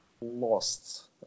lost